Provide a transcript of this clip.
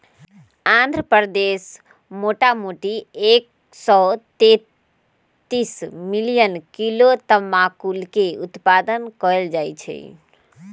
आंध्र प्रदेश मोटामोटी एक सौ तेतीस मिलियन किलो तमाकुलके उत्पादन कएल जाइ छइ